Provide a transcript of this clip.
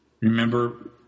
Remember